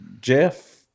Jeff